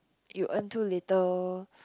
you earn too little